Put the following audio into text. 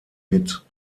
mit